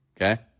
Okay